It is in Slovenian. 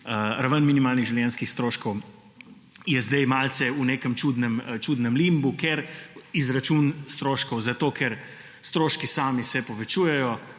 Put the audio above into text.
raven minimalnih življenjskih stroškov je zdaj v nekem malce čudnem limbu, izračun stroškov, zato ker se stroški sami povečujejo,